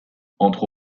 entre